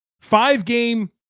five-game